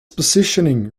positioning